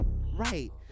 Right